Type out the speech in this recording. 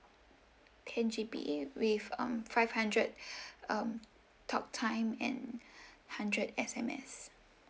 ten G_B with um five hundred um talk time and hundred S_M_S